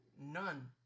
none